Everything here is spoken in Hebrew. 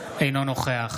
אינו נוכח